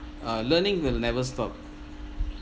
uh learning will never stop